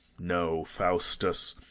no, faustus,